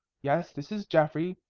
yes, this is geoffrey.